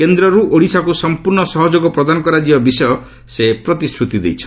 କେନ୍ଦ୍ରରୁ ଓଡ଼ିଶାକୁ ସମ୍ପର୍ଣ୍ଣ ସହଯୋଗ ପ୍ରଦାନ କରାଯିବା ବିଷୟ ସେ ପ୍ରତିଶ୍ରତି ଦେଇଛନ୍ତି